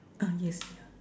ah yes ya